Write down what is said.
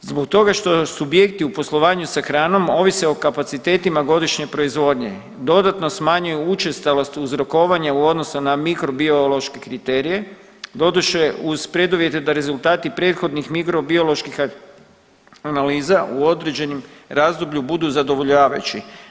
Zbog toga što subjekti u poslovanju sa hranom ovise o kapacitetima godišnje proizvodnje, dodatno smanjuju učestalost uzorkovanja u odnosu na mikrobiološke kriterije doduše uz preduvjete da rezultati prethodnih mikro bioloških analiza u određenom razdoblju budu zadovoljavajući.